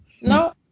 No